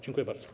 Dziękuję bardzo.